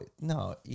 no